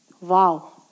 Wow